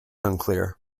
unclear